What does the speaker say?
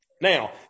Now